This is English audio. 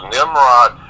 Nimrod